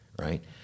right